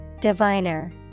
Diviner